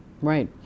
Right